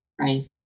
Right